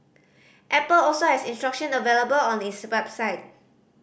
Apple also has instruction available on its website